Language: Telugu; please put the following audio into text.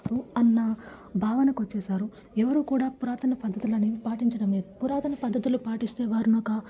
అన్న భావనకు వచ్చేశారు ఎవరు కూడా పురాతన పద్ధతులు అనేవి పాటించడం లేదు పురాతన పద్ధతులు పాటిస్తే వారిని ఒక